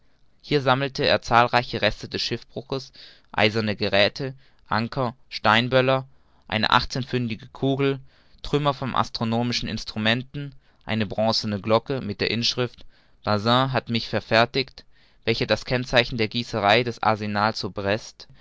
hier sammelte er zahlreiche reste des schiffbruchs eiserne geräthe anker steinböller eine achtzehnpfündige kugel trümmer von astronomischen instrumenten eine bronzene glocke mit der inschrift bazin hat mich verfertigt welche das kennzeichen der gießerei des arsenals